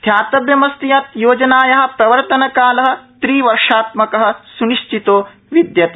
ध्यातव्यमस्ति यत् योजनाया प्रवर्तनकाल त्रि वर्षात्मक स्निश्चितो विद्यते